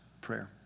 prayer